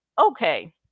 Okay